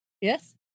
Yes